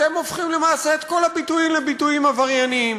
אתם הופכים למעשה את כל הביטויים לביטויים עברייניים